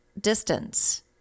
distance